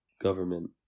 government